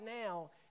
now